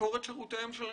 לשכור את שירותיהם של.